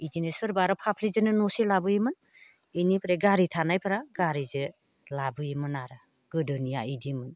बिदिनो सोरबा आरो फाफ्लिजोंनो न'से लाबोयोमोन बेनिफ्राय गारि थानायफोरा गारिजों लाबोयोमोन आरो गोदोनिया बिदिमोन